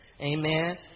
Amen